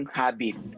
habit